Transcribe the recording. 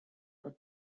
but